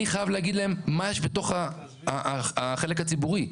אני חייב להגיד להם מה יש בתוך החלק הציבורי.